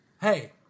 Hey